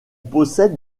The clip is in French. possède